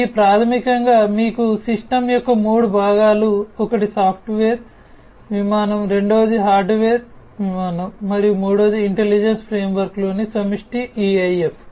ఈ ప్రాథమికంగా మీకు సిస్టమ్ యొక్క 3 భాగాలు ఒకటి సాఫ్ట్వేర్ విమానం రెండవది హార్డ్వేర్ విమానం మరియు మూడవది ఇంటెలిజెన్స్ ఫ్రేమ్వర్క్లోని సమిష్టి EIF